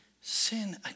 sin